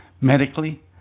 medically